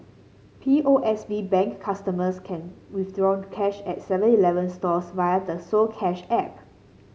P O S B Bank customers can withdraw cash at seven Eleven stores via the so Cash app